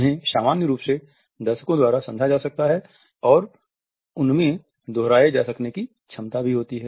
उन्हें सामान्य रूप से दर्शकों द्वारा समझा जा सकता हैं और उनमें दोहराए जा सकने की क्षमता होती है